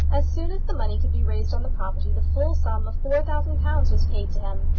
as soon as the money could be raised on the property, the full sum of four thousand pounds was paid to him,